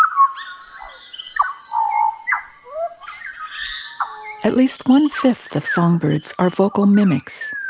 um at least one fifth of songbirds are vocal mimics.